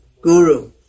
guru